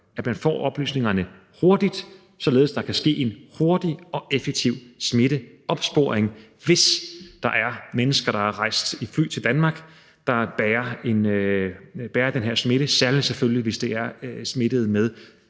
at man får oplysningerne hurtigt, således at der kan ske en hurtig og effektiv smitteopsporing, hvis der er mennesker, der er rejst i fly til Danmark, og som bærer den her smitte. Særlig, selvfølgelig, hvis det er smittede med